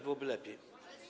Byłoby lepiej.